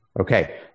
Okay